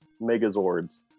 Megazords